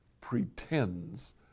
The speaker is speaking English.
pretends